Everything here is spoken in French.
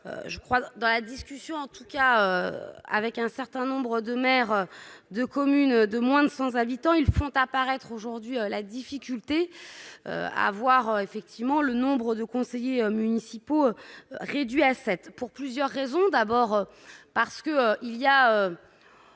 je crois dans la discussion, en tout cas avec un certain nombre de maires de communes de moins de sens habitant ils font apparaître aujourd'hui la difficulté à avoir effectivement le nombre de conseillers municipaux, réduit à 7 pour plusieurs raisons : d'abord parce que il y a